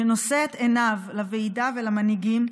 שנושא את עיניו לוועידה ולמנהיגים,